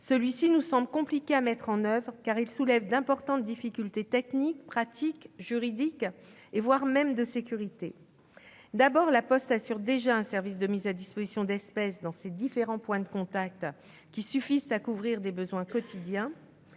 2, nous semble compliquée à mettre en oeuvre, car elle soulève d'importantes difficultés techniques, pratiques, juridiques, voire des difficultés en termes de sécurité. D'abord, La Poste assure déjà un service de mise à disposition d'espèces dans ses différents points de contact, qui suffisent à couvrir les besoins quotidiens.